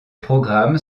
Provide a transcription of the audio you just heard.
programmes